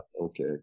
okay